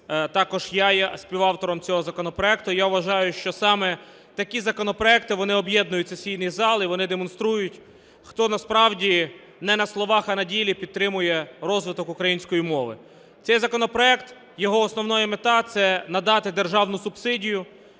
також я є співавтором цього законопроекту. Я вважаю, що саме такі законопроекти, вони об'єднують сесійний зал і вони демонструють, хто насправді не на словах, а на ділі підтримує розвиток української мови. Цей законопроект, його основна мета – це надати державну субсидію